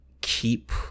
keep